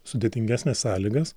sudėtingesnes sąlygas